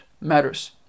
matters